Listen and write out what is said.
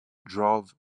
drove